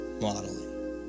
modeling